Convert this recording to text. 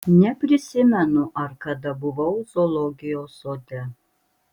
neprisimenu ar kada buvau zoologijos sode